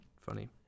funny